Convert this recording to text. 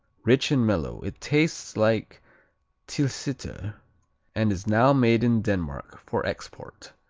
rich and mellow, it tastes like tilsiter and is now made in denmark for export,